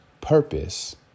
Purpose